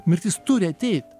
mirtis turi ateit